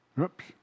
Oops